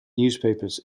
newspapers